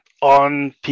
On